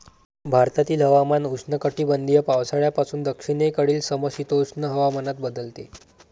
भारतातील हवामान उष्णकटिबंधीय पावसाळ्यापासून दक्षिणेकडील समशीतोष्ण हवामानात बदलते